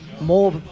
more